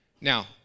Now